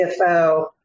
CFO –